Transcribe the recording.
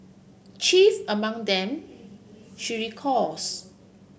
chief among them she recalls